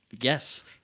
Yes